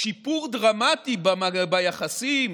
שיפור דרמטי ביחסים